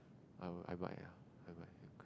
I will I might ah I might